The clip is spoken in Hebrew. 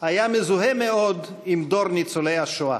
היה מזוהה מאוד עם דור ניצולי השואה,